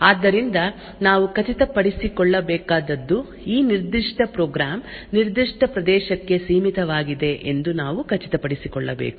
ಆದ್ದರಿಂದ ನಾವು ಖಚಿತಪಡಿಸಿಕೊಳ್ಳಬೇಕಾದದ್ದು ಈ ನಿರ್ದಿಷ್ಟ ಪ್ರೋಗ್ರಾಂ ನಿರ್ದಿಷ್ಟ ಪ್ರದೇಶಕ್ಕೆ ಸೀಮಿತವಾಗಿದೆ ಎಂದು ನಾವು ಖಚಿತಪಡಿಸಿಕೊಳ್ಳಬೇಕು